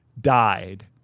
died